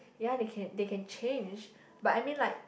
ya they can they can change but I mean like